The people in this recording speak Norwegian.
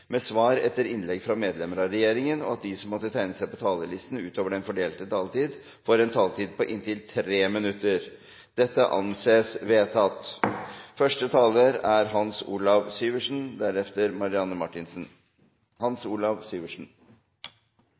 med svar etter innlegg fra medlemmer av regjeringen innenfor den fordelte taletid, og at de som måtte tegne seg på talerlisten utover den fordelte taletid, får en taletid på inntil 3 minutter. – Det anses vedtatt. I komiteen har vi hatt en ganske enkel behandling av dette Dokument 8-forslaget. Det er